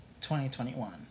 2021